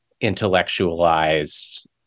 intellectualized